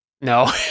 No